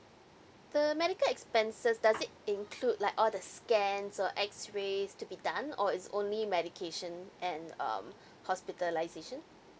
the medical expenses does it include like all the scan so X-rays to be done or it's only medication and um hospitalization